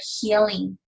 healing